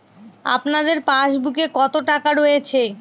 আপনার পাসবুকে কত টাকা রয়েছে?